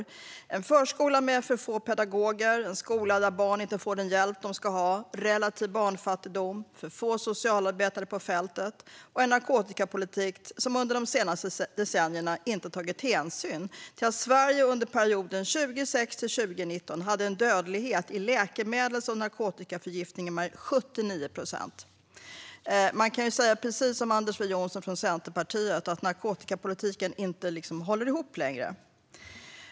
Det handlar om en förskola med för få pedagoger, en skola där barn inte får den hjälp de ska ha, relativ barnfattigdom, för få socialarbetare på fältet och en narkotikapolitik som under de senaste decennierna inte har tagit hänsyn till att Sverige under perioden 2006-2019 hade 79 procents dödlighet bland dem som råkat ut för läkemedels och narkotikaförgiftningar. Precis som Anders W Jonsson från Centerpartiet säger håller narkotikapolitiken inte ihop längre.